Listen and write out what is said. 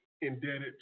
indebted